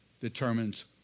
determines